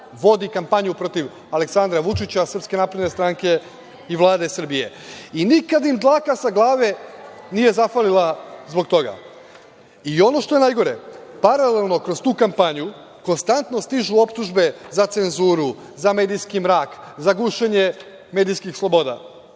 vodi kampanju protiv Aleksandra Vučića, SNS i Vlade Srbije. I nikad im dlaka sa glave nije zafalila zbog toga.I ono što je najgore, paralelno kroz tu kampanju konstantno stižu optužbe za cenzuru, za medijski mrak, za gušenje medijskih sloboda.